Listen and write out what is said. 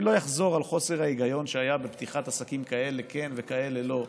אני לא אחזור על חוסר ההיגיון שהיה בפתיחת עסקים כאלה כן וכאלה לא,